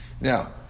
Now